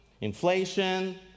inflation